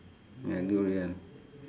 ya durian